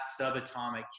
subatomic